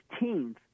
15th